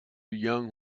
young